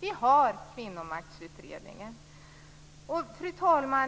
Vi har fått Kvinnomaktsutredningens betänkande. Fru talman!